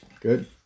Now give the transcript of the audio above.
Good